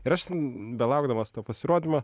ir aš belaukdamas to pasirodymo